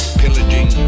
pillaging